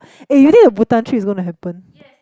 eh you think the Butan trip is gonna happen